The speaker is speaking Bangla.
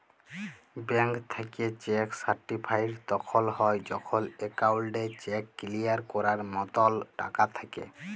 ব্যাংক থ্যাইকে চ্যাক সার্টিফাইড তখল হ্যয় যখল একাউল্টে চ্যাক কিলিয়ার ক্যরার মতল টাকা থ্যাকে